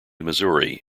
missouri